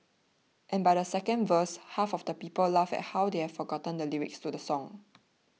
and by the second verse half the people laughed at how they have forgotten the lyrics to the song